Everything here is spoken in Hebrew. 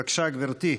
בבקשה, גברתי,